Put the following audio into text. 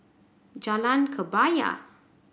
Jalan Kebaya